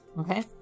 okay